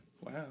Wow